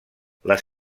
les